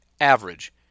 average